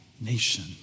nation